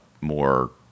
more